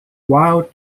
while